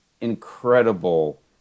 incredible